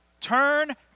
Turn